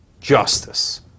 justice